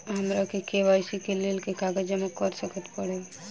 हमरा के.वाई.सी केँ लेल केँ कागज जमा करऽ पड़त?